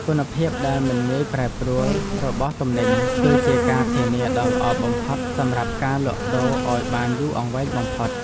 គុណភាពដែលមិនងាយប្រែប្រួលរបស់ទំនិញ គឺជាការធានាដ៏ល្អបំផុតសម្រាប់ការលក់ដូរឱ្យបានយូរអង្វែងបំផុត។